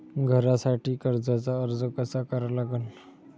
घरासाठी कर्जाचा अर्ज कसा करा लागन?